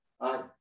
Hi